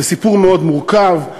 זה סיפור מאוד מורכב,